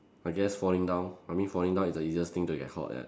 I guess falling down I mean falling down is the easiest thing to get caught at